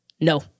No